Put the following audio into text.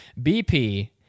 BP